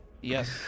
Yes